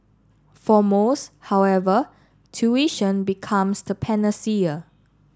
for most however tuition becomes the panacea